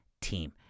Team